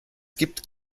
gibt